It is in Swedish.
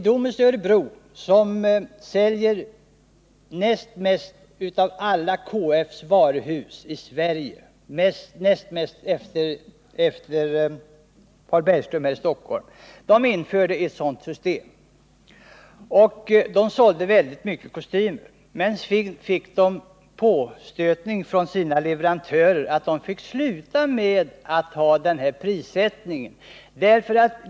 Domus i Örebro — som säljer näst mest av alla KF:s varuhus i Sverige efter Paul U. Bergström — införde ett sådant system. De sålde väldigt mycket av kostymer men fick påstötning från sina leverantörer att de måste sluta med denna prissättning.